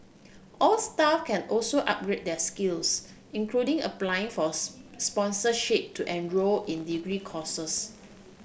all staff can also upgrade their skills including applying for sponsorship to enroll in degree courses